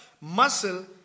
muscle